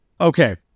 Okay